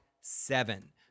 seven